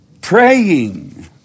Praying